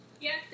yes